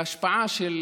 וההשפעה של